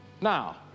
now